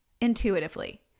intuitively